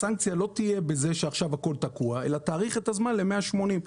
הסנקציה לא תהיה בזה שעכשיו הכול תקוע אלא תאריך את הזמן ל-180 ימים.